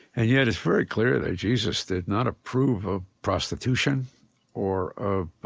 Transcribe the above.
and yet it's very clear that jesus did not approve of prostitution or of